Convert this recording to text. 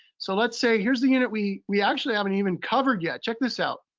so let's say here's the unit we we actually haven't even covered yet. check this out.